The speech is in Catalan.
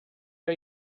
que